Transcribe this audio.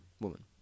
woman